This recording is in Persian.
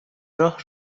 راه